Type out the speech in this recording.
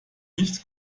nichts